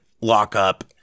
lockup